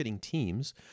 teams